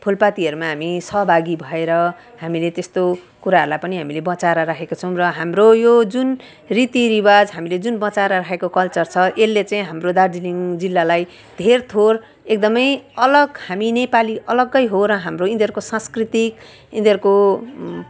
फुलपातीहरूमा हामी सहभागी भएर हामीले त्यस्तो कुराहरूलाई पनि हामीले बचाएर राखेका छौँ र हाम्रो यो जुन रीतिरिवाज हामीले जुन बचाएर राखेको कल्चर छ यसले चाहिँ हाम्रो दार्जिलिङ जिल्लालाई धेर थोर एकदम अलग हामी नेपाली अलग हो र हाम्रो यिनीहरूको सांस्कृतिक यिनीहरूको